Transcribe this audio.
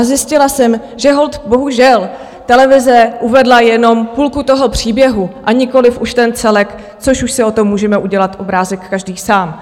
Zjistila jsem, že holt bohužel televize uvedla jenom půlku toho příběhu a nikoliv už ten celek, což už si o tom můžeme udělat obrázek každý sám.